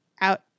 out